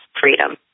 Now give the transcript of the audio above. freedom